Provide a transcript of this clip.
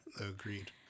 agreed